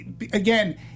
Again